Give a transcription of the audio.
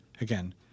again